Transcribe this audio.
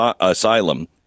asylum